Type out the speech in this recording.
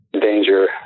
danger